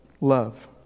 love